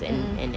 mmhmm